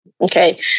Okay